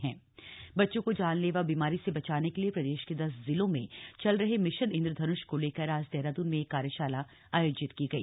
mission Indradhanush बच्चों को जानलेवा बीमारी से बचाने के लिए प्रदेश के दस जिलों में चल रहे मिशन इंद्रधनुष को लेकर आज देहरादून में एक कार्यशाला आयोजित की गई